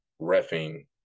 refing